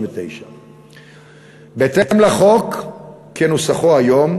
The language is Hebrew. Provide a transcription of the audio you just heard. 99. בהתאם לחוק כנוסחו היום,